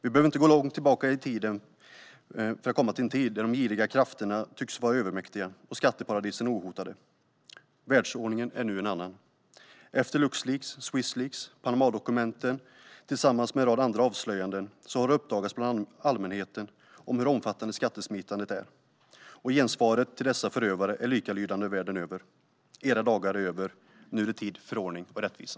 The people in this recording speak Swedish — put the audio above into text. Vi behöver inte gå långt tillbaka i tiden för att komma till en tid där de giriga krafterna tycktes vara övermäktiga och skatteparadisen ohotade. Världsordningen är nu en annan. Efter Luxleaks, Swissleaks och Panamadokumenten, tillsammans med en rad andra avslöjanden, har det uppdagats bland allmänheten hur omfattande skattesmitandet är. Gensvaret till dessa förövare är likalydande världen över: Era dagar är över. Nu är det tid för ordning och rättvisa.